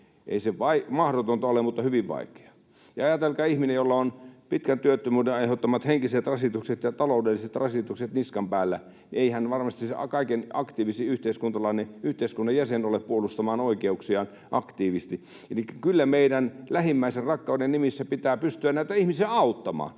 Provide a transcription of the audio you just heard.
ei se mahdotonta ole, mutta hyvin vaikeaa. Ja ajatelkaa ihmistä, jolla on pitkän työttömyyden aiheuttamat henkiset rasitukset ja taloudelliset rasitukset niskan päällä. Ei hän varmasti se kaikkein aktiivisin yhteiskunnan jäsen ole puolustamaan oikeuksiaan aktiivisesti, elikkä kyllä meidän lähimmäisenrakkauden nimissä pitää pystyä näitä ihmisiä auttamaan.